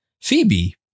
Phoebe